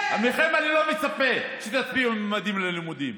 מכם אני לא מצפה שתצביעו על ממדים ללימודים.